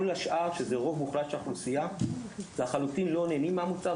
כל השאר שה רוב מוחלט של האוכלוסייה לחלוטין לא נהנים מהמוצר,